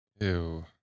Ew